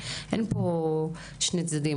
אין פה שני צדדים,